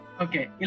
Okay